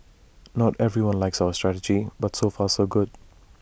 not everyone likes our strategy but so far so good